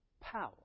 power